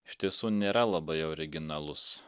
iš tiesų nėra labai originalus